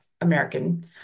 American